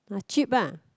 uh cheap ah